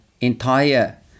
entire